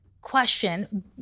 question